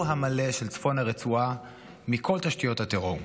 המלא של צפון הרצועה מכל תשתיות הטרור.